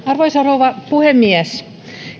arvoisa rouva puhemies